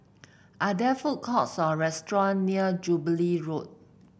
are there food courts or restaurant near Jubilee Road